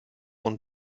und